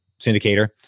syndicator